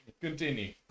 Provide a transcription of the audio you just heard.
Continue